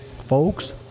Folks